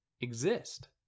exist